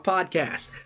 Podcast